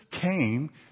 came